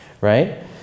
right